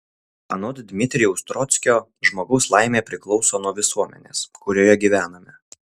anot dmitrijaus trockio žmogaus laimė priklauso nuo visuomenės kurioje gyvename